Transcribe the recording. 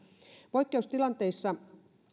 poikkeustilanteissa